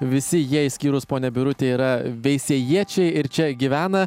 visi jie išskyrus ponią birutę yra veisiejiečiai ir čia gyvena